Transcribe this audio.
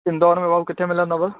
इंदौर में भाउ किथे मिलंदुव